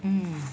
mm